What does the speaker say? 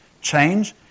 change